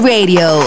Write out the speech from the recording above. Radio